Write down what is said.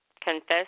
confess